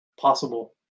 possible